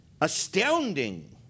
astounding